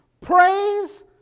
praise